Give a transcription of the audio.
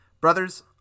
Brothers